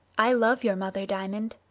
i love your mother, diamond.